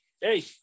hey